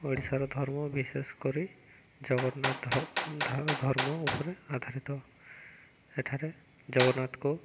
ଓଡ଼ିଶାର ଧର୍ମ ବିଶେଷ କରି ଜଗନ୍ନାଥ ଧର୍ମ ଉପରେ ଆଧାରିତ ଏଠାରେ ଜଗନ୍ନାଥକୁ